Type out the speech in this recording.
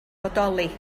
bodoli